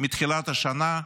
מתחילת השנה,